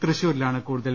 തൃശൂരിലാണ് കൂടുതൽ